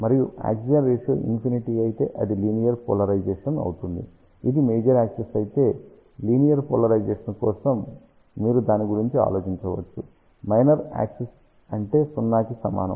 మరియు axial ratio infinity అయితే అది లీనియర్ పోలరైజేషన్ అవుతుంది ఇది మేజర్ యాక్సిస్ అయితే లీనియర్ పోలరైజేషన్ కోసం మీరు దాని గురించి ఆలోచించవచ్చు మైనర్ యాక్సిస్ అంటే 0 కి సమానం